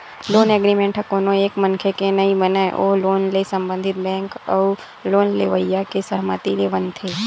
loan agreement ह कोनो एक मनखे के नइ बनय ओ लोन ले संबंधित बेंक अउ लोन लेवइया के सहमति ले बनथे